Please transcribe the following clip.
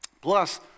Plus